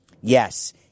Yes